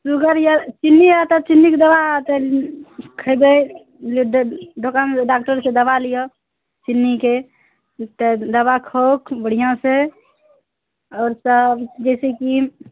sugar यऽ चिन्नी यऽ तऽ चिन्नीके दबा तऽ खेबय दोकान डाक्टरसँ दवा लिअ चिन्नीके तऽ दवा खौक बढ़िआँसँ आओर सब जैसे कि